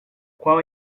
qual